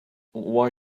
why